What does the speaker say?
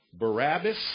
Barabbas